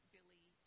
Billy